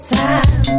time